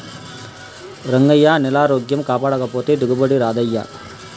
రంగయ్యా, నేలారోగ్యం కాపాడకపోతే దిగుబడి రాదయ్యా